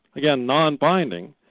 again non binding,